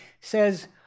says